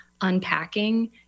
unpacking